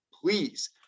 please